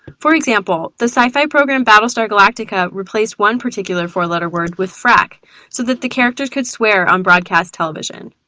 for example, the syfy program battlestar galactica replaced one particular four-letter word with frak so that the characters could swear on broadcast television.